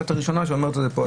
את הראשונה שאומרת את זה פה.